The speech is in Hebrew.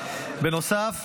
בנוסף